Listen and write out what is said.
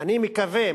אני מקווה,